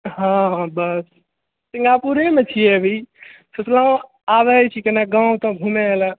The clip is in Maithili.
हँ बस सिंगापुरेमे छियै अभी सोचलहुँ आबै छी कनी गाँव ताँव घुमयलऽ